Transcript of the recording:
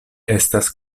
estas